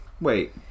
Wait